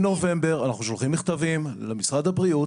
כבר מנובמבר אנחנו שולחים מכתבים למשרד הבריאות.